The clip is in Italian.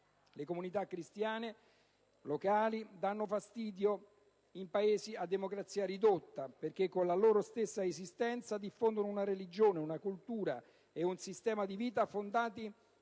Le comunità cristiane locali danno fastidio in Paesi a democrazia ridotta, perché con la loro stessa esistenza diffondono una religione, una cultura e un sistema di vita fondati